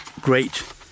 great